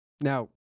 Now